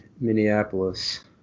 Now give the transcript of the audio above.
Minneapolis